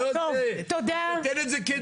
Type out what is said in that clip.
אני נותן את זה כדוגמה.